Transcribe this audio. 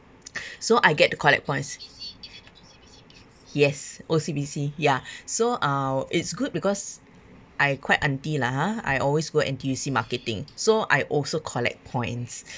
so I get to collect points yes O_C_B_C ya so uh it's good because I quite auntie lah ha I always go N_T_U_C marketing so I also collect points